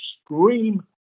scream